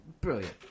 Brilliant